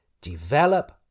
Develop